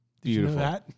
Beautiful